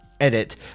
Edit